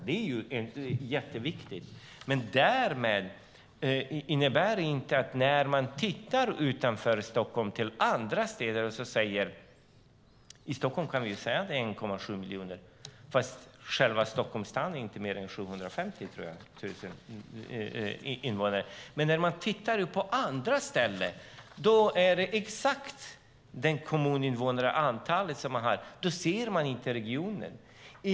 Det är jätteviktigt. Det innebär inte att man inte kan titta utanför Stockholm på andra städer. I Stockholm kan man säga att det är 1,7 miljoner fast själva Stockholms stad inte har mer än 750 000 invånare. När man tittar på andra ställen utgår man exakt från antalet kommuninvånare. Då ser man inte regionen.